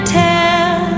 tell